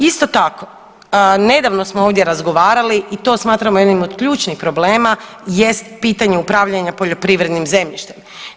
Isto tako nedavno smo ovdje razgovarali i to smatramo jednim od ključnih problema jest pitanje upravljanje poljoprivrednim zemljištem.